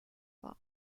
farm